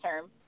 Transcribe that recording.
term